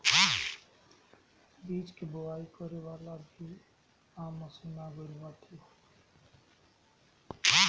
बीज के बोआई करे वाला भी अब मशीन आ गईल बा